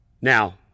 now